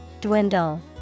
Dwindle